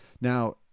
Now